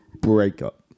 breakup